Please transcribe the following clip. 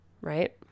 right